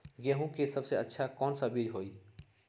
गेंहू के सबसे अच्छा कौन बीज होई?